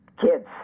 kids